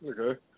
Okay